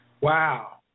Wow